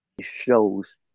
shows